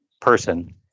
person